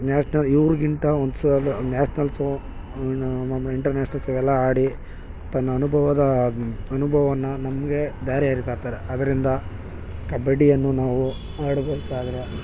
national ಇವ್ರಿಗಿಂತ ಒಂದು ಸಲ್ ನ್ಯಾಷ್ನಲ್ಸು ನಮ್ಮ ಇಂಟರ್ನ್ಯಾಷ್ನಲ್ಸ್ ಇವೆಲ್ಲ ಆಡಿ ತನ್ನ ಅನುಭವದ ಅನುಭವವನ್ನು ನಮಗೆ ಧಾರೆ ಎರಿತಾ ಇರ್ತಾರೆ ಆದ್ದರಿಂದ ಕಬಡ್ಡಿಯನ್ನು ನಾವು ಆಡಬೇಕಾದ್ರೆ